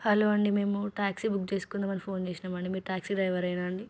hello అండి మేము taxi book చేసుకుందామని ఫోన్ చేసినామండి మీరు ట్యాక్సీ డ్రైవరేనా అండి